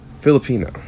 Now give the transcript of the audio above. Filipino